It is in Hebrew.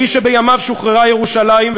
האיש שבימיו שוחררה ירושלים,